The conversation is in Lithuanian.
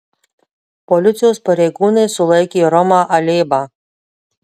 policijos pareigūnai sulaikė romą alėbą